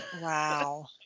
Wow